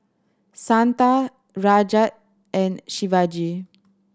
Santha Rajat and Shivaji